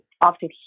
often